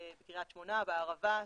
בקרית שמונה, בערבה,